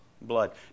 Blood